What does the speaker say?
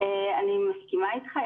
אני מסכימה איתך.